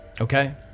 Okay